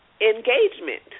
engagement